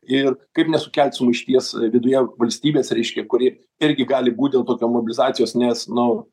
ir kaip nesukelti sumaišties viduje valstybės reiškia kuri irgi gali būt dėl tokio mobilizacijos nes nu